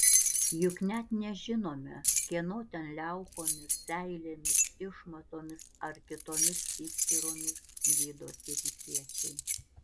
juk net nežinome kieno ten liaukomis seilėmis išmatomis ar kitomis išskyromis gydosi rytiečiai